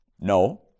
No